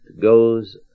goes